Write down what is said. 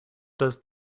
does